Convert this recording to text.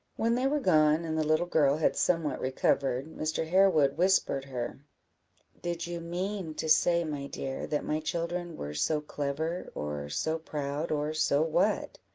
when they were gone, and the little girl had somewhat recovered, mr. harewood whispered her did you mean to say, my dear, that my children were so clever, or so proud, or so what?